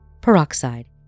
Peroxide